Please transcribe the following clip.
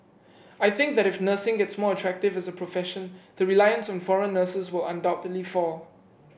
I think that if nursing gets more attractive with a profession the reliance on foreign nurses will undoubtedly fall